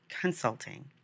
consulting